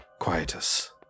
quietus